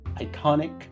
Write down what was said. Iconic